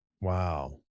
Wow